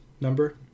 number